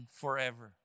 forever